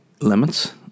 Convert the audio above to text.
limits